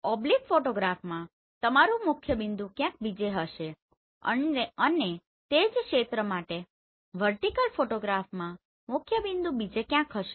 oblique ફોટોગ્રાફમાં તમારૂ મુખ્યબિંદુ ક્યાંક બીજે હશે અને તે જ ક્ષેત્ર માટે વર્ટીકલ ફોટોગ્રાફમાં મુખ્યબિંદુ બીજે ક્યાંક હશે